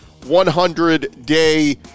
100-day